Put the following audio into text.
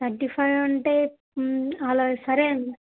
thirty five అంటే అలా సరే అండి